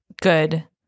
Good